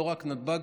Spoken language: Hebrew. לא רק נתב"ג,